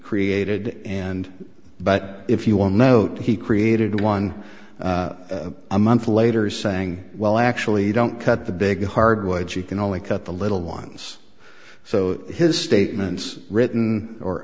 created and but if you will note he created one a month later saying well actually don't cut the big hard words you can only cut the little ones so his statements written or